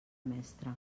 mestre